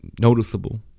noticeable